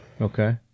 Okay